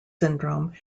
syndrome